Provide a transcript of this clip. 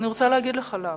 אני רוצה להגיד לך למה.